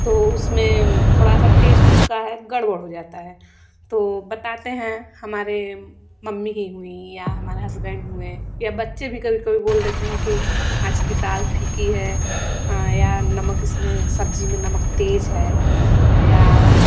तो उसमे थोड़ा सा टेष्ट का है गड़बड़ हो जाता है तो बताते हैं हमारे मम्मी ही हुईं या हमारे हज़बैंड हुएँ या बच्चे भी कभी कभी बोल देते हैं कि आज की दाल फीकी है या नमक इसमें सब्ज़ी में नमक तेज़ है या